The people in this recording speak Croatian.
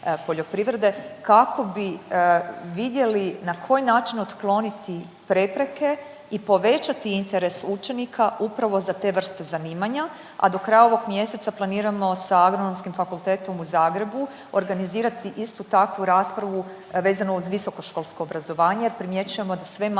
kako bi vidjeli na koji način otkloniti prepreke i povećati interes učenika upravo za te vrste zanimanja, a do kraja ovog mjeseca planiramo sa Agronomskim fakultetom u Zagrebu organizirati istu takvu raspravu vezanu uz visokoškolsko obrazovanje. Primjećujemo da sve manji